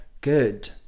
good